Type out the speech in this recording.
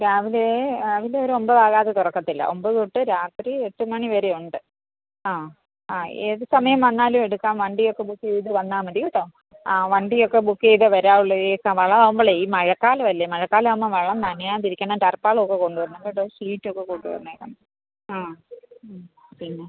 രാവിലെ രാവിലെ ഒരു ഒമ്പത് ആകാതെ തുറക്കത്തില്ല ഒമ്പത് തൊട്ട് രാത്രി എട്ട് മണി വരെ ഉണ്ട് ആ ആ ഏത് സമയം വന്നാലും എടുക്കാം വണ്ടിയൊക്കെ ബുക്ക് ചെയ്ത് വന്നാൽ മതി കേട്ടോ ആ വണ്ടിയൊക്കെ ബുക്ക് ചെയ്തേ വരാവുള്ളേ വളം ആവുമ്പളേ ഈ മഴക്കാലം അല്ലേ മഴക്കാലം ആവുമ്പം വളം നനയാണ്ട് ഇരിക്കണം ടാർപാൾ ഒക്കെ കൊണ്ട് വരണം കേട്ടോ ഷീറ്റ് ഒക്കെ കൊണ്ട് വരണം കേട്ടോ ആ മ്മ് പിന്നെ